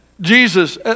Jesus